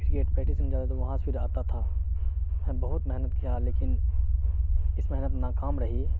three eight practice میں جاتے تھے تو وہاں سے پھر آتا تھا ہم بہت محنت کیا ہے لیکن اس محنت ناکام رہی